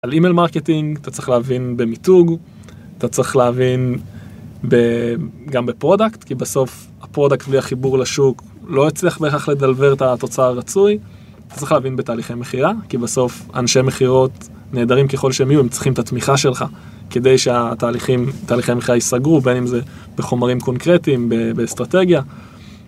על אימיל מרקטינג אתה צריך להבין במיתוג, אתה צריך להבין גם בפרודקט, כי בסוף הפרודקט והחיבור לשוק לא יצליח בהכרח לדלבר את התוצר הרצוי, אתה צריך להבין בתהליכי מכירה, כי בסוף אנשי מחירות נהדרים ככל שהם יהיו, הם צריכים את התמיכה שלך, כדי שהתהליכים, תהליכי מכירה ייסגרו, בין אם זה בחומרים קונקרטיים, באסטרטגיה.